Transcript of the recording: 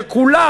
שכולה,